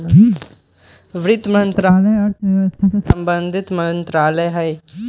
वित्त मंत्रालय अर्थव्यवस्था से संबंधित मंत्रालय हइ